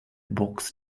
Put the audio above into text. box